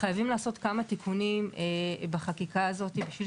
חייבים לעשות כמה תיקונים בחקיקה הזאת בשביל